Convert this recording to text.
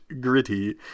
gritty